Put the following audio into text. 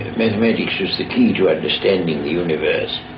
mathematics was the key to understanding the universe,